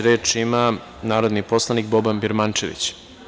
Reč ima narodni poslanik Boban Birmančević.